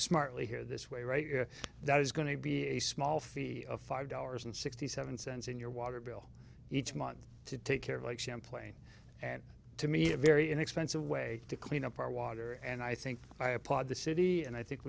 smartly here this way right that is going to be a small fee of five dollars and sixty seven cents in your water bill each month to take care of lake champlain and to me a very inexpensive way to clean up our water and i think i applaud the city and i think